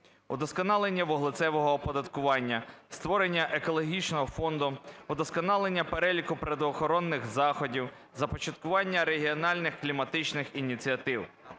удосконалення вуглецевого оподаткування; створення екологічного фонду; удосконалення переліку природоохоронних заходів; започаткування регіональних кліматичних ініціатив.